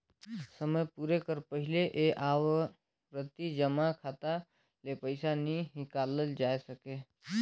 समे पुरे कर पहिले ए आवरती जमा खाता ले पइसा नी हिंकालल जाए सके